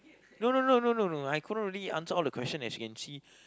no no no no no no I could not really answer all the question as you can see